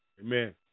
Amen